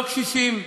לא קשישים,